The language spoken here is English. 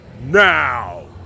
Now